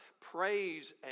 praise